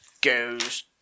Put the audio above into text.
goes